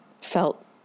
felt